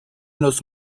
los